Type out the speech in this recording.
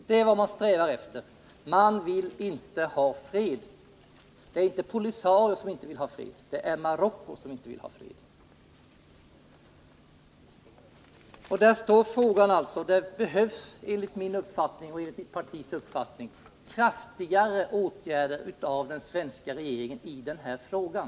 Det är vad man strävar efter. Man vill inte ha fred. Det är inte POLISARIO som inte vill ha fred. Det är Marocko som inte vill ha fred. Det behövs alltså enligt min och mitt partis uppfattning kraftigare åtgärder av den svenska regeringen i den här frågan.